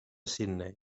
sydney